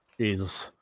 Jesus